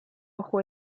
ojo